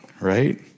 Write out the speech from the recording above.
right